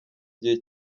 gihe